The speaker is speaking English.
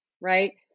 right